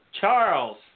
Charles